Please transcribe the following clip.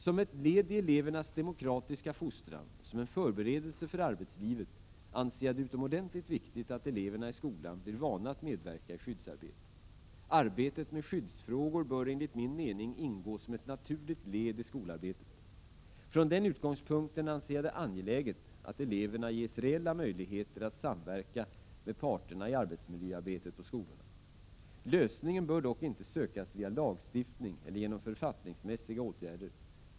Som ett led i elevernas demokratiska fostran och som en förberedelse för arbetslivet anser jag det utomordentligt viktigt att eleverna i skolan blir vana vid att medverka i skyddsarbete. Arbetet med skyddsfrågor bör enligt min mening ingå som ett naturligt led i skolarbetet. Från denna utgångspunkt anser jag det angeläget att eleverna ges reella möjligheter att samverka med parterna i arbetsmiljöarbetet på skolorna. Lösningen bör dock inte sökas via lagstiftning eller genom författningsmässiga åtgärder.